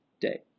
day